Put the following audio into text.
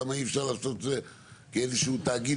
למה אי אפשר לעשות את זה כאיזשהו תאגיד